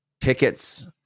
tickets